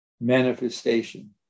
manifestation